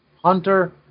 Hunter